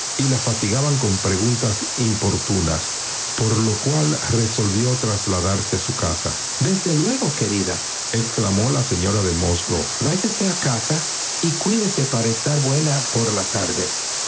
y la fatigaban con preguntas importunas por lo cual resolvió trasladarse a su casa desde luego queridaexclamó la señora de musgrove váyase a casa y cuídese para estar ya buena por la tarde